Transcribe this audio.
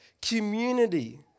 community